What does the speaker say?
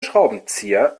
schraubenzieher